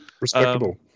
Respectable